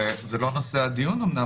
זה לא נושא הדיון אמנם,